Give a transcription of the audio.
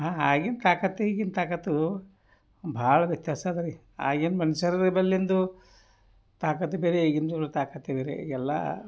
ಹಾಂ ಆಗಿನ ತಾಕತ್ತು ಈಗಿನ ತಾಕತ್ತಿಗೂ ಭಾಳ ವ್ಯತ್ಯಾಸ ಅದ ರೀ ಆಗಿನ ಮನುಷ್ಯರ್ ಬಿ ಬಲ್ಲಿಂದು ತಾಕತ್ತು ಬೇರೆ ಈಗಿನವ್ರ ತಾಕತ್ತೆ ಬೇರೆ ಈಗ ಎಲ್ಲ